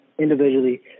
individually